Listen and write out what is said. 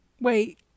Wait